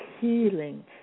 healing